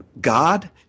God